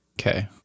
Okay